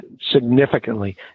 significantly